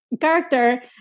character